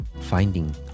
finding